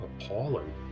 appalling